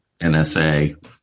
NSA